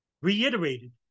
reiterated